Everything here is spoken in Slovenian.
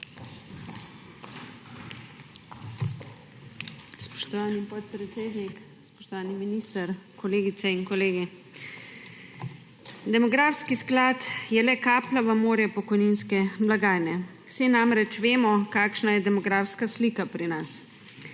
Spoštovani podpredsednik, spoštovani minister, kolegice in kolegi! Demografski sklad je le kaplja v morje pokojninske blagajne. Vsi namreč vemo, kakšna je demografska slika pri nas.